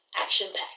action-packed